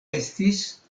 estis